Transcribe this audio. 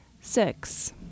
Six